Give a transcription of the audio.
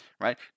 right